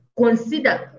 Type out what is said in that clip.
Consider